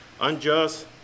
unjust